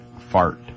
fart